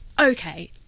Okay